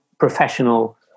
professional